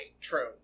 True